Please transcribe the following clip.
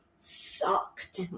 Sucked